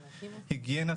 היגיינה,